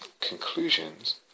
conclusions